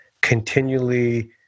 continually